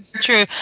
true